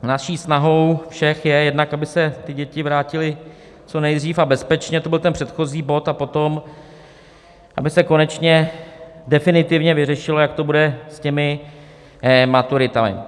Naší snahou je jednak, aby se děti vrátily co nejdřív a bezpečně, to byl ten předchozí bod, a potom aby se konečně definitivně vyřešilo, jak to bude s maturitami.